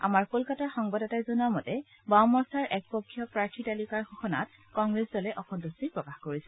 আমাৰ কলকাতাৰ সংবাদদাতাই জনোৱা মতে বাওমৰ্চাৰ একপক্ষীয় প্ৰাৰ্থী তালিকাৰ ঘোষণাত কংগ্ৰেছ দলে অসন্তাষ্টি প্ৰকাশ কৰিছে